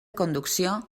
conducció